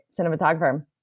cinematographer